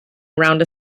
around